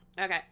Okay